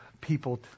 people